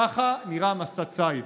ככה נראה מסע ציד.